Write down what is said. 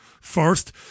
First